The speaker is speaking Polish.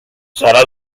zaraz